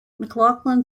mclachlan